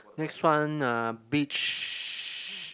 next one uh beach